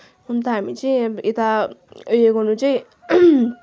अन्त हामी चाहिँ यता उयो गर्नु चाहिँ